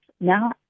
now